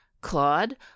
claude